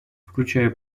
включая